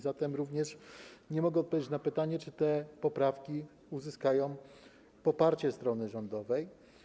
Zatem nie mogę odpowiedzieć na pytanie, czy te poprawki uzyskają poparcie strony rządowej.